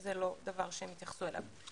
זה לא דבר שהם התייחסו אליו.